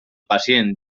pacient